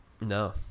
No